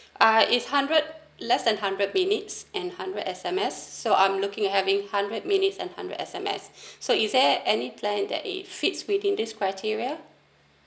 uh is hundred less than hundred minutes and hundred S_M_S so I'm looking having hundred minutes and hundred S_M_S so is there any plan that it fits within this criteria